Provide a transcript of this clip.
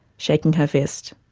shaking her fist.